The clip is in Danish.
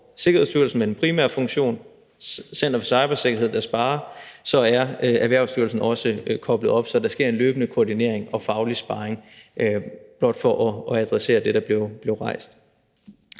Sikkerhedsstyrelsen med den primære funktion og Center for Cybersikkerhed som sparringspartner er Erhvervsstyrelsen også koblet til det, så der sker en løbende koordinering og faglig sparring. Det er blot for at adressere det, der blev rejst